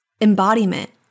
embodiment